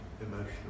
emotional